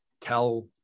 tell